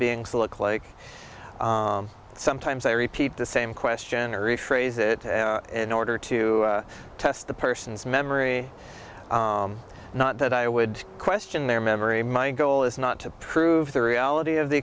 beings look like sometimes i repeat the same question or rephrase it in order to test the person's memory not that i would question their memory my goal is not to prove the reality of the